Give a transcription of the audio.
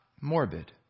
morbid